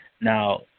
Now